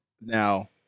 Now